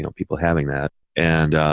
you know people having that. and